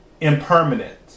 Impermanent